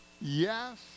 Yes